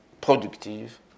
productive